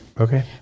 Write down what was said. Okay